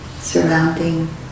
surrounding